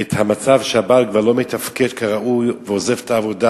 את המצב שהבעל כבר לא מתפקד כראוי ועוזב את העבודה,